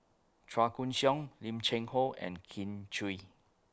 Chua Koon Siong Lim Cheng Hoe and Kin Chui